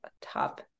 top